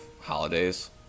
holidays